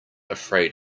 afraid